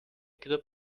grip